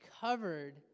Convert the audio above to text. covered